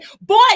boy